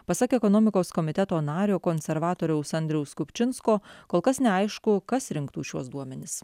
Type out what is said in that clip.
pasak ekonomikos komiteto nario konservatoriaus andriaus kupčinsko kol kas neaišku kas rinktų šiuos duomenis